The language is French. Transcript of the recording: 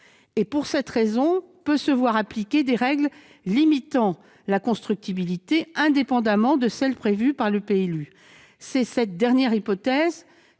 pour cette raison, se voir appliquer des règles limitant la constructibilité, indépendamment de celles qui sont prévues par le PLU. C'est cette hypothèse